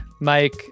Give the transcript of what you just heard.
Mike